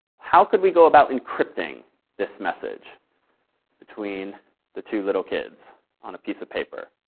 how could we go about encrypting this message between the two little kids on a piece of paper?